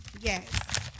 Yes